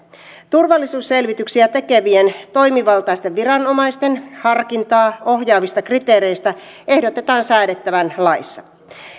turvallisuusselvityksiä tekevien toimivaltaisten viranomaisten harkintaa ohjaavista kriteereistä ehdotetaan säädettävän laissa